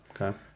Okay